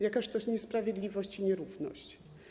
Jaka to niesprawiedliwość i nierówność.